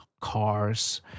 cars